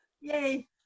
yay